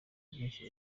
byinshi